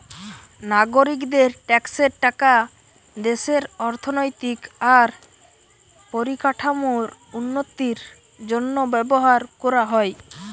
নাগরিকদের ট্যাক্সের টাকা দেশের অর্থনৈতিক আর পরিকাঠামোর উন্নতির জন্য ব্যবহার কোরা হয়